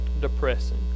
depressing